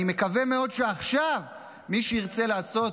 אני מקווה מאוד שעכשיו מי שירצה לעשות